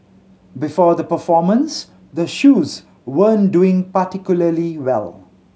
before the performance the shoes weren't doing particularly well